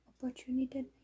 opportunity